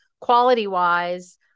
quality-wise